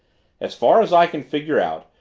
as far as i can figure out,